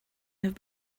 have